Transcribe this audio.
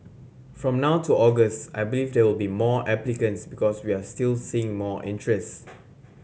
from now to August I believe there will be more applicants because we are still seeing more interest